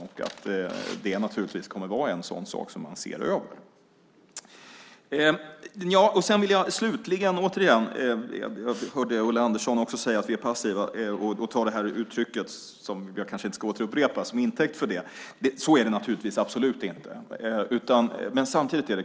Det kommer naturligtvis att vara en sådan sak som man kommer att se över. Jag hörde också Ulla Andersson säga att vi är passiva, och hon använde det uttryck som jag kanske inte ska upprepa som intäkt för det. Det är vi absolut inte.